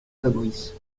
fabrice